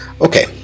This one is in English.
Okay